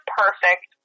perfect